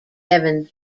evans